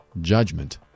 judgment